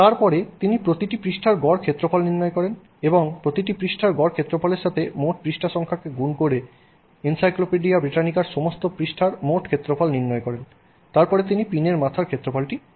তারপরে তিনি প্রতিটি পৃষ্ঠার গড় ক্ষেত্রফল নির্ণয় করেন এবং প্রতিটি পৃষ্ঠার গড় ক্ষেত্রফলের সাথে মোট পৃষ্ঠা সংখ্যাকে গুণ করে করে এনসাইক্লোপিডিয়া ব্রিটানিকার সমস্ত পৃষ্ঠার মোট ক্ষেত্রফল নির্ণয় করেন তারপরে তিনি পিনের মাথাটির ক্ষেত্রফল নির্ণয় করেন